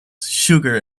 sugar